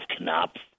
Knopf